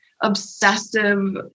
obsessive